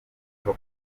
nko